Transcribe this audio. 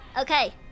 Okay